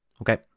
Okay